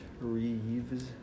Reeves